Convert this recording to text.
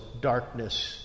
darkness